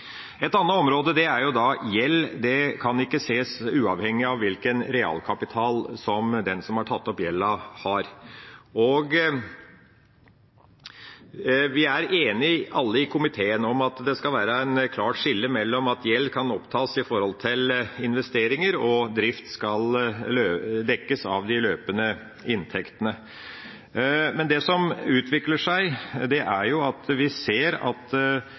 kan ikke ses uavhengig av hvilken realkapital som den som har tatt opp gjelda, har. Alle i komiteen er enige om at det skal være et klart skille mellom det at gjeld kan opptas til investeringer, og at drift skal dekkes av de løpende inntektene. Men det som vi ser utvikler seg, er at de løpende utgiftene i en del kommuner i stadig større grad er knyttet til betaling av leie for at